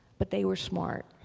but they were smart.